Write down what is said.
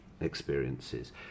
experiences